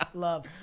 ah love,